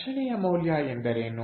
ರಕ್ಷಣೆಯ ಮೌಲ್ಯ ಎಂದರೇನು